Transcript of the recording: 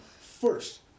first